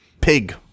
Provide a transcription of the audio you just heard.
Pig